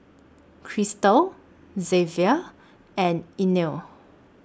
Kristal Xzavier and Inell